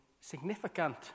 significant